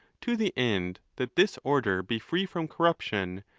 to the end that this order be free from corruption,